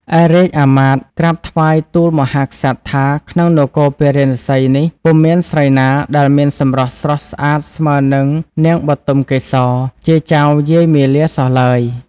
ឯរាជអាមាត្យក្រាបថ្វាយទូលមហាក្សត្រថាក្នុងនគរពារាណសីនេះពុំមានស្រីណាដែលមានសម្រស់ស្រស់ស្អាតស្មើនឹងនាងបុទមកេសរជាចៅយាយមាលាសោះឡើយ។